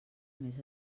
més